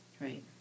Right